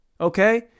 okay